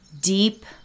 deep